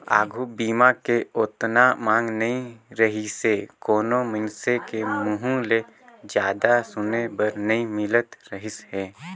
आघू बीमा के ओतना मांग नइ रहीसे कोनो मइनसे के मुंहूँ ले जादा सुने बर नई मिलत रहीस हे